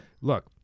Look